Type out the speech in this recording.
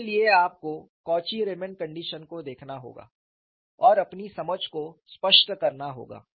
इसके लिए आपको कॉची रीमैन कंडीशन को देखना होगा और अपनी समझ को स्पष्ट करना होगा